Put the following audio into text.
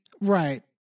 Right